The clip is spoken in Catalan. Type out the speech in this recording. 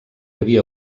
havia